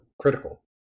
critical